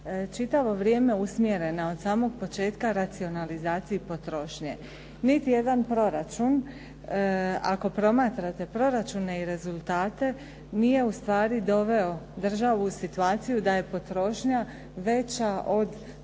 čitavo vrijeme usmjerena od samog početka racionalizacije i potrošnje. Niti jedan proračun ako promatrate proračune i rezultate nije ustvari doveo državu u situaciju da je potrošnja veća od